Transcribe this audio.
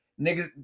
niggas